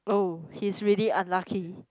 oh he's really unlucky